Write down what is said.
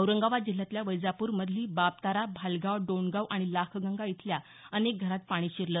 औरंगाबाद जिल्ह्यातल्या वैजापूर मधली बाबतारा भालगाव डोणगाव आणि लाखगंगा इथल्या अनेक घरात पाणी शिरलं